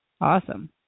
Awesome